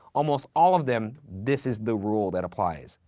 almost all of them, this is the rule that applies.